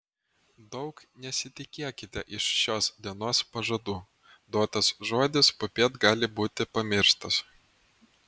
daug nesitikėkite iš šios dienos pažadų duotas žodis popiet gali būti pamirštas